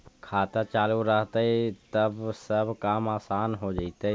खाता चालु रहतैय तब सब काम आसान से हो जैतैय?